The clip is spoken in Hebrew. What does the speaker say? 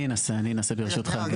אני אנסה, ברשותך.